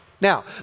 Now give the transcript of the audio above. Now